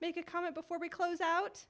make a comment before we close out